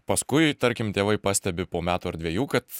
paskui tarkim tėvai pastebi po metų ar dviejų kad